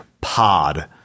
pod